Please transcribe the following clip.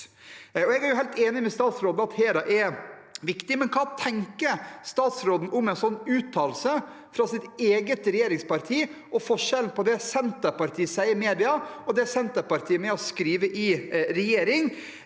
Jeg er helt enig med statsråden i at dette er viktig, men hva tenker statsråden om en sånn uttalelse fra det andre regjeringspartiet og forskjellen på det Senterpartiet sier i media, og det Senterpartiet er med og skriver i regjering?